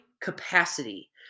capacity